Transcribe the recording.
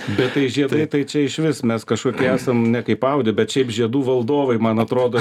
bet tai žiedai tai čia išvis mes kažkokie esam ne kaip audi bet šiaip žiedų valdovai man atrodo